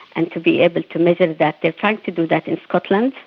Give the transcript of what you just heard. and to be able to measure that. they are trying to do that in scotland,